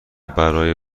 برای